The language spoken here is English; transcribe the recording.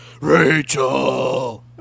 Rachel